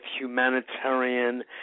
humanitarian